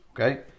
Okay